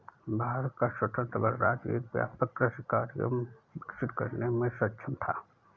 भारत का स्वतंत्र गणराज्य एक व्यापक कृषि कार्यक्रम विकसित करने में सक्षम था